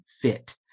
fit